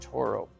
Toro